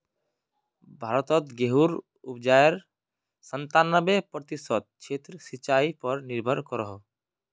भारतोत गेहुंर उपाजेर संतानबे प्रतिशत क्षेत्र सिंचाई पर निर्भर करोह